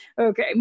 Okay